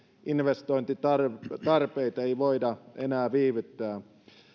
investointitarpeita voida enää viivyttää